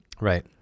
Right